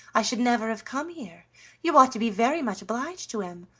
i should never have come here you ought to be very much obliged to him,